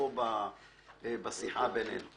פנייה רשמית.